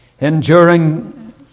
Enduring